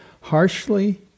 harshly